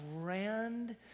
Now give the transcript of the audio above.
grand